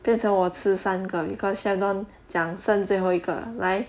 变成我吃三个 because chef don 讲剩最后一个来